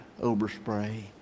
overspray